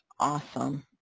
Awesome